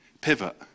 Pivot